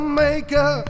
maker